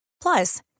Plus